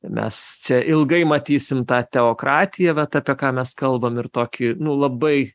mes čia ilgai matysim tą teokratiją vat apie ką mes kalbam ir tokį nu labai